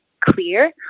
clear